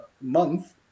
month